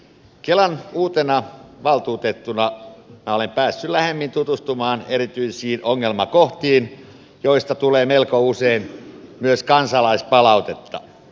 kelan uutena valtuutettuna minä olen päässyt lähemmin tutustumaan erityisiin ongelmakohtiin joista tulee melko usein myös kansalaispalautetta